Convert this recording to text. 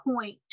point